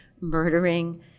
murdering